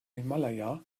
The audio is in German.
himalaya